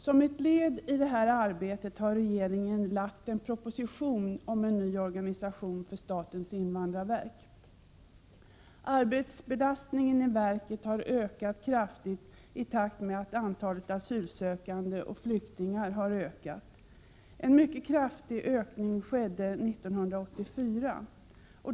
Som ett led i detta arbete har regeringen lagt fram en proposition om en ny organisation för statens invandrarverk. Arbetsbelastningen i verket har ökat kraftigt i takt med att antalet asylsökande och flyktingar har ökat. En mycket kraftig ökning skedde 1984.